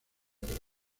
pero